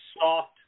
soft